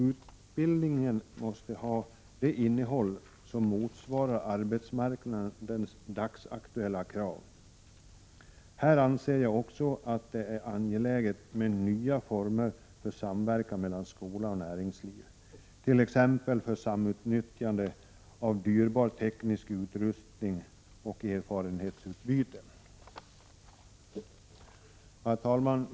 Utbildningen måste ha det innehåll som motsvarar arbetsmarknadens dagsaktuella krav. Här anser jag också att det är angeläget med nya former för samverkan mellan skola och näringsliv, t.ex. för samutnyttjande av dyrbar teknisk utrustning och erfarenhetsutbyte. Herr talman!